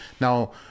now